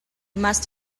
must